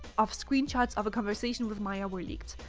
of screenshot of a conversation with maya were leaked.